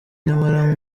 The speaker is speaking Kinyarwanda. nyamara